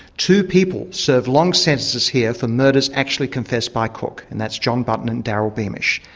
two people served long sentences here for murders actually confessed by cooke, and that's john button and daryl beamish.